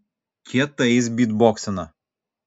kietai jis bytboksina